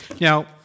Now